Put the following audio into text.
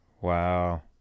Wow